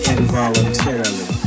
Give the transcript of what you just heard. Involuntarily